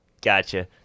gotcha